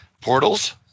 Portals